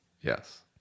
Yes